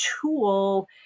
tool